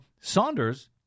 Saunders